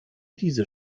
diese